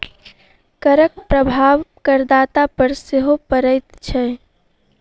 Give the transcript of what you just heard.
करक प्रभाव करदाता पर सेहो पड़ैत छै